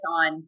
on